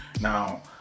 Now